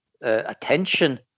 attention